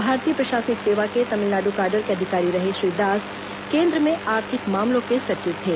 भारतीय प्रशासनिक सेवा को तमिलनाडु काडर के अधिकारी रहे श्री दास केन्द्र में आर्थिक मामलों के सचिव थे